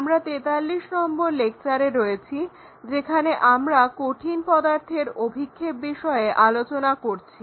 আমরা 43 নম্বর লেকচারে রয়েছি যেখানে আমরা কঠিন পদার্থের অভিক্ষেপ বিষয়ে আলোচনা করছি